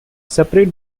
separate